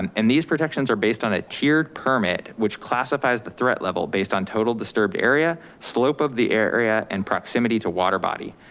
and and these protections are based on a tiered permit, which classifies the threat level based on total disturbed area, slope of the area and proximity to water body.